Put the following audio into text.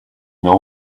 know